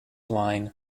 line